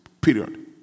period